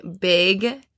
big